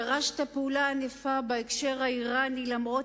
ירשת פעולה ענפה בהקשר האירני למרות